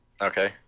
Okay